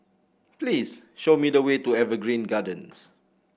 please show me the way to Evergreen Gardens